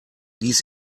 dies